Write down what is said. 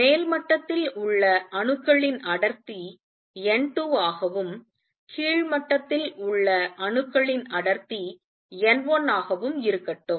மேல் மட்டத்தில் உள்ள அணுக்களின் அடர்த்தி n2 ஆகவும் கீழ் மட்டத்தில் உள்ள அணுக்களின் அடர்த்தி n1 ஆகவும் இருக்கட்டும்